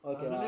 Okay